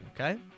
Okay